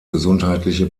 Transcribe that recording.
gesundheitliche